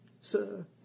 sir